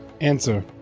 Answer